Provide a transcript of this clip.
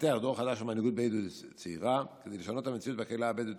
דור חדש של מנהיגות בדואית צעירה כדי לשנות את המציאות בקהילה הבדואית